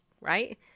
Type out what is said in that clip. right